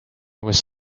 was